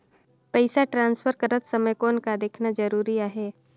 पइसा ट्रांसफर करत समय कौन का देखना ज़रूरी आहे?